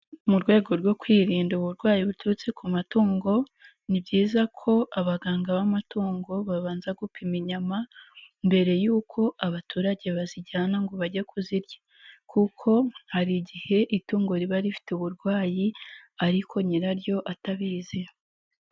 Mu rwego rwo kwirinda uburwayi buturutse ku matungo ni byiza ko abaganga b'amatungo babanza gupima inyama mbere yuko abaturage bazijyana ngo bage kuzirya kuko hari igihe itungo riba rifite uburwayi ariko nyiraryo atabizi.